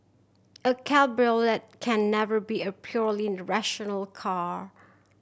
a cabriolet can never be a purely rational car